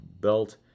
belt